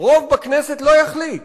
רוב בכנסת לא יחליט,